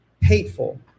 hateful